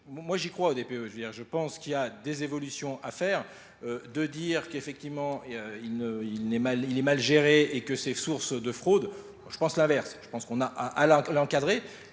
moi j'y crois au DPE, je pense qu'il y a des évolutions à faire de dire qu'effectivement il est mal géré et que c'est source de fraude. Je pense l'inverse, je pense qu'on a l'encadré.